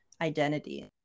identity